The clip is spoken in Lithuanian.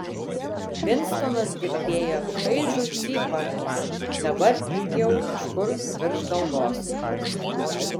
vinstonas girdėjo šaižų cypavimą dabar jau kažkur virš galvos